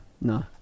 no